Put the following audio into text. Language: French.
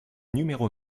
numéro